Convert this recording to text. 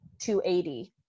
280